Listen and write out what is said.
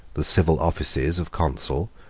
the civil offices of consul,